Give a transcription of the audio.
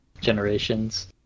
generations